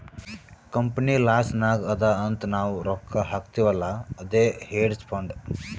company loss ನಾಗ್ ಅದಾ ಅಂತ್ ನಾವ್ ರೊಕ್ಕಾ ಹಾಕ್ತಿವ್ ಅಲ್ಲಾ ಅದೇ ಹೇಡ್ಜ್ ಫಂಡ್